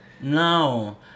No